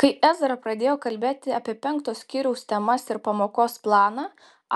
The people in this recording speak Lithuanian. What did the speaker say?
kai ezra pradėjo kalbėti apie penkto skyriaus temas ir pamokos planą